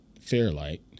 Fairlight